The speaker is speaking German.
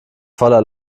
voller